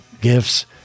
gifts